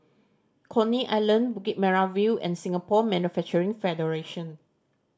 Coney Island Bukit Merah View and Singapore Manufacturing Federation